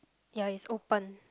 ya it's open